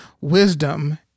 wisdom